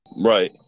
Right